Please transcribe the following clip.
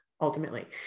ultimately